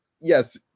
yes